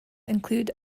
include